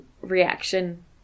reaction